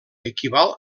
equival